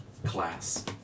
Class